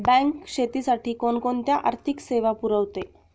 Bank शेतीसाठी कोणकोणत्या आर्थिक सेवा पुरवते?